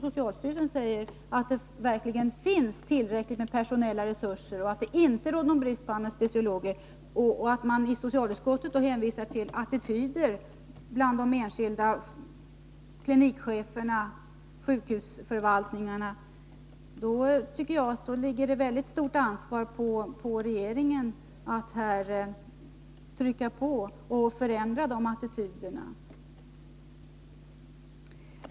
Socialstyrelsen säger att det finns tillräckligt med personella resurser och att det inte råder någon brist på anestesiologer, och socialutskottet hänvisar till attityder bland de enskilda klinikcheferna och sjukhusförvaltningarna. Om det verkligen är så, tycker jag att det ligger ett stort ansvar på regeringen att trycka på och förändra de attityderna.